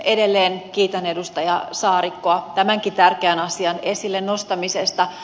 edelleen kiitän edustaja saarikkoa tämänkin tärkeän asian esille nostamisesta